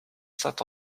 saint